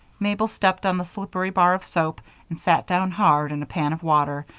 mabel stepped on the slippery bar of soap and sat down hard in a pan of water,